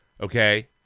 Okay